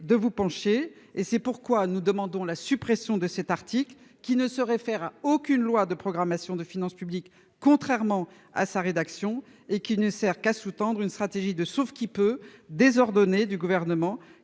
de vous pencher et c'est pourquoi nous demandons la suppression de cet article qui ne se réfère aucune loi de programmation des finances publiques. Contrairement à sa rédaction et qui ne sert qu'à sous-tendre une stratégie de sauve qui peut désordonnée du gouvernement